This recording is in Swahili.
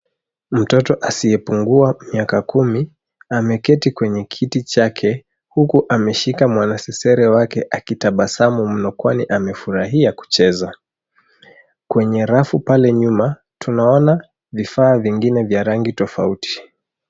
Mtoto asiyepungua miaka kumi ameketi kwenye kiti chake huku ameshika mwanasesere wake akitabasamu mno kwani amefurahia kucheza. Kwenye rafu pale nyuma tunaona vifaa vingine vya rangi tofauti.